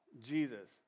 Jesus